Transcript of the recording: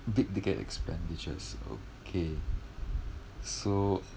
big ticket expenditures okay so